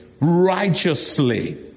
righteously